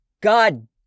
god